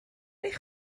eich